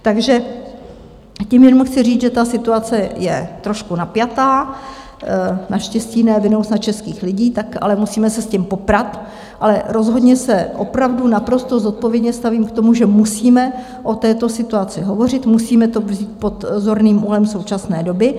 Takže tím jenom chci říct, že ta situace je trošku napjatá, naštěstí ne vinou snad českých lidí, tak ale musíme se s tím poprat, ale rozhodně se opravdu naprosto zodpovědně stavím k tomu, že musíme o této situaci hovořit, musíme to vzít pod zorným úhlem současné doby.